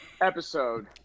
episode